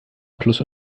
plus